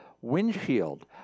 windshield